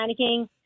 panicking